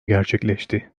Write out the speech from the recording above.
gerçekleşti